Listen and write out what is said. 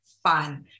Fun